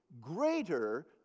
greater